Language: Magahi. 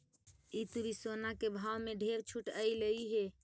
इस तुरी सोना के भाव में ढेर छूट अएलई हे